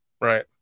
Right